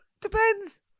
depends